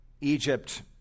Egypt